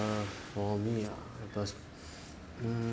err for me ah mm